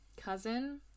cousin